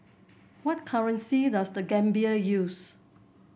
what currency does The Gambia use